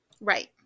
Right